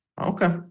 Okay